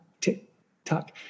tick-tock